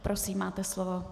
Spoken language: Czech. Prosím, máte slovo.